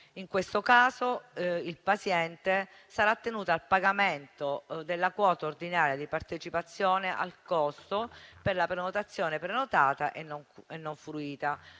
In questo caso il paziente sarà tenuto al pagamento della quota ordinaria di partecipazione al costo per la prestazione prenotata e non fruita.